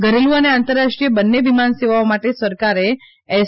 ઘરેલુ અને આંતરરાષ્ટ્રીય બંને વિમાન સેવાઓ માટે સરકારે એસ